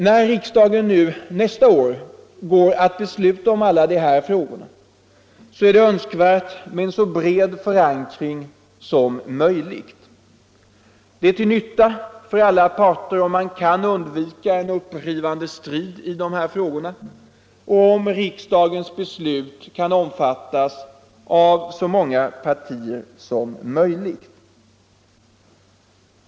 När riksdagen nästa år går att besluta om alla de här frågorna är det önskvärt med en så bred förankring som möjligt. Det är till nytta för alla parter om man kan undvika en upprivande strid i dessa frågor och om ett beslut kan omfattas av så många partier som möjligt.